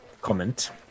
comment